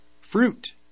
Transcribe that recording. fruit